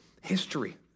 history